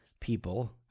people